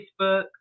facebook